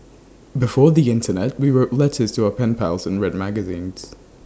before the Internet we wrote letters to our pen pals and read magazines